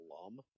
alum